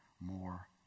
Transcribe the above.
more